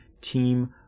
team